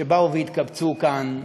שבאו והתקבצו כאן,